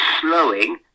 slowing